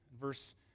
verse